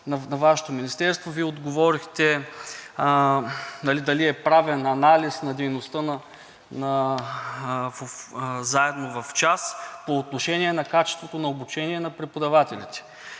на Вашето министерство, Вие отговорихте дали е правен анализ на дейността на „Заедно в час“ по отношение на качеството на обучение на преподавателите.